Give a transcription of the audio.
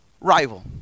Rival